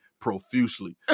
profusely